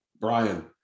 Brian